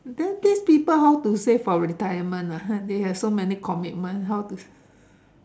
then this people how to save for retirement ah !huh! they have so many commitments how to